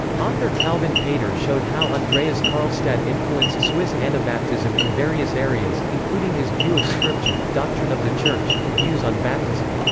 author calvin pater showed how andreas karlstadt influenced swiss anabaptism in various areas, including his view of scripture, doctrine of the church, and views on baptism.